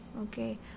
okay